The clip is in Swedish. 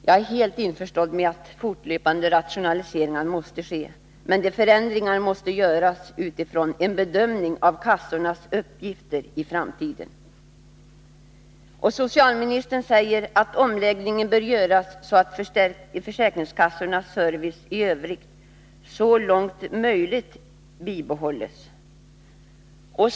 Jagär helt införstådd med att fortlöpande rationaliseringar måste ske, men de förändringarna måste göras utifrån en bedömning av kassornas uppgifter i framtiden. Socialministern säger att omläggningen bör göras så att försäkringskassornas service i övrigt så långt möjligt bibehålles.